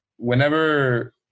Whenever